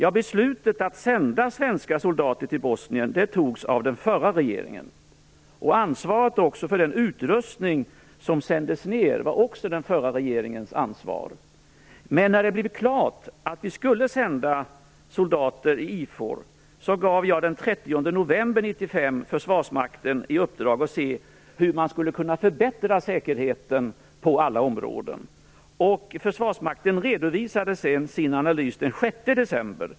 Beslutet att sända svenska soldater till Bosnien fattades av den förra regeringen. Ansvaret för den utrustning som sändes ned var också den förra regeringens. Men när det blivit klart att vi skulle sända soldater till IFOR gav jag den 30 november 1995 Försvarsmakten i uppdrag att se över hur man skulle kunna förbättra säkerheten på alla områden. Försvarsmakten redovisade sin analys den 6 december.